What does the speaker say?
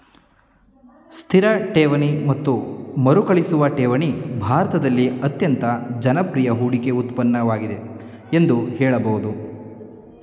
ಸ್ಥಿರ ಠೇವಣಿ ಮತ್ತು ಮರುಕಳಿಸುವ ಠೇವಣಿ ಭಾರತದಲ್ಲಿ ಅತ್ಯಂತ ಜನಪ್ರಿಯ ಹೂಡಿಕೆ ಉತ್ಪನ್ನವಾಗಿದೆ ಎಂದು ಹೇಳಬಹುದು